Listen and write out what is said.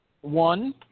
One